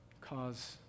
cause